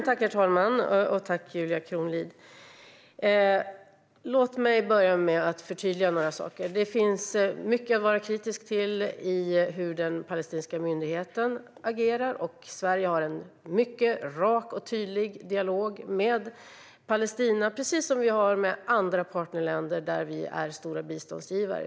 Herr talman! Tack, Julia Kronlid! Låt mig börja med att förtydliga några saker. Det finns mycket att vara kritisk till i hur den palestinska myndigheten agerar. Sverige har en mycket rak och tydlig dialog med Palestina, precis som med andra partnerländer där vi är stora biståndsgivare.